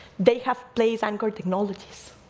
they have placed anchor technologies,